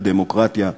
על הדמוקרטיה,